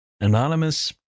anonymous